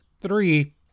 three